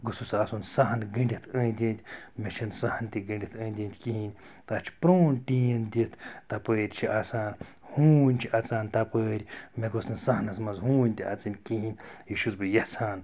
گوٚژھُس آسُن صحن گٔنٛڈِتھ أنٛدۍ أنٛدۍ مےٚ چھُنہٕ صحن تہِ گٔنٛڈِتھ أنٛدۍ أنٛدۍ کِہیٖنۍ تَتھ چھُ پرٛیٛون ٹیٖن دِتھ تَپٲرۍ چھِ آسان ہوٗنۍ چھِ اَژان تَپٲرۍ مےٚ گوٚژھ نہٕ صحنَس منٛز ہوٗنۍ تہِ اَژٕنۍ کِہیٖنۍ یہِ چھُس بہٕ یَژھان